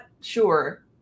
sure